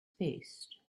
faced